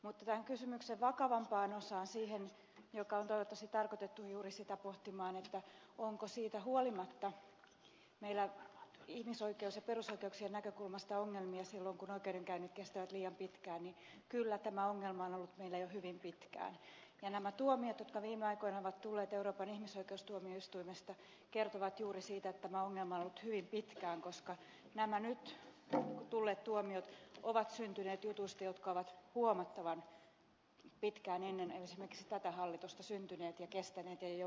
mutta kysymyksen vakavampaan osaan liittyen siihen joka on toivottavasti tarkoitettu juuri sitä pohtimaan onko siitä huolimatta meillä ihmisoikeuksien ja perusoikeuksien näkökulmasta ongelmia silloin kun oikeudenkäynnit kestävät liian pitkään totean että kyllä tämä ongelma on ollut meillä jo hyvin pitkään ja nämä tuomiot jotka viime aikoina ovat tulleet euroopan ihmisoikeustuomioistuimesta kertovat juuri siitä että tämä ongelma on ollut hyvin pitkään koska nämä nyt tulleet tuomiot ovat syntyneet jutuista jotka ovat huomattavan pitkään kestäneet ennen esimerkiksi tätä hallitusta syntyneet ja jopa päättyneet